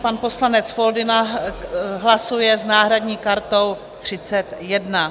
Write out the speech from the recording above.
Pan poslanec Foldyna hlasuje s náhradní kartou 31.